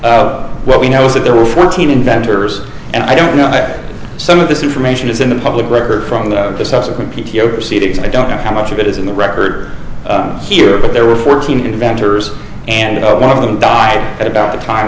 well we know that there were fourteen inventors and i don't know some of this information is in the public record from the subsequent p t o proceedings and i don't know how much of it is in the record here but there were fourteen inventors and one of them died at about the time